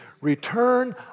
Return